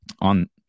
on